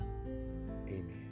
Amen